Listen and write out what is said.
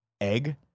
egg